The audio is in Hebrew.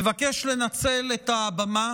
מבקש לנצל את הבמה